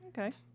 Okay